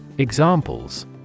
Examples